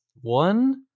one